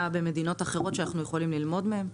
במדינות אחרות ואנחנו יכולים ללמוד מהם.